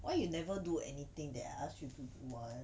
why you never do anything that I ask you to do [one]